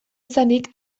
izanik